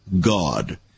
God